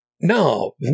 no